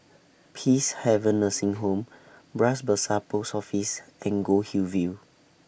Peacehaven Nursing Home Bras Basah Post Office and Goldhill View